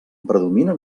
predominen